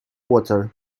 water